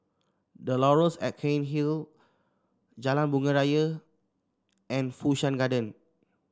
The Laurels at Cairnhill Jalan Bunga Raya and Fu Shan Garden